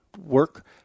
work